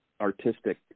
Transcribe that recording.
artistic